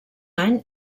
any